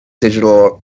digital